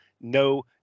no